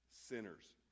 sinners